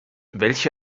welche